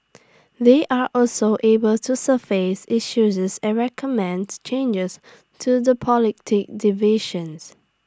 they are also able to surface issues and recommends changes to the division